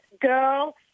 girl